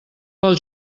pel